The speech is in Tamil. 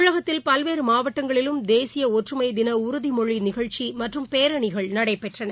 தமிழகத்தில் பல்வேறுமாவட்டங்களிலும் தேசியஒற்றுமைதினஉறுதிமொழிநிகழ்ச்சிமற்றும் பேரணிகள் நடைபெற்றன